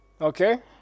okay